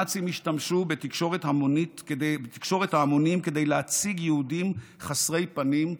הנאצים השתמשו בתקשורת ההמונים כדי להציג יהודים חסרי פנים,